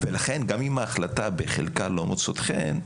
לכן גם אם ההחלטה בחלקה לא מוצאת חן,